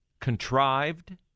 contrived